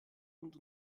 und